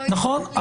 נכון.